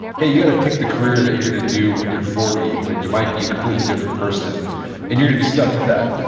hey, you got to pick the career that you're going to do when you're forty, when you might be a completely different person and you're going to be stuck with that.